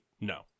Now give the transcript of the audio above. No